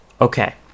Okay